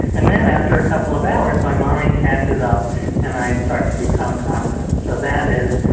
and then after a couple of hours, my mind catches up and i start to become confident. so that is